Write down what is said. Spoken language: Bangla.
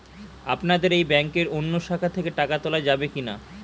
আপনাদের এই ব্যাংকের অন্য শাখা থেকে টাকা তোলা যাবে কি না?